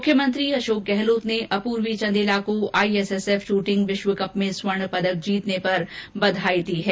मुख्यमंत्री अशोक गहलोत ने अपूर्वी चंदेला को आईएसएसएफ शूटिंग विश्व कंप में स्वर्ण पदक जीतने पर बधाई दी है